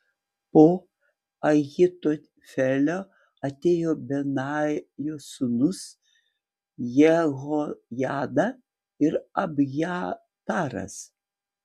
po ahitofelio atėjo benajo sūnus jehojada ir abjataras